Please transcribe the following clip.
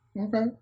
Okay